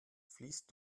fließt